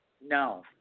No